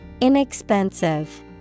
inexpensive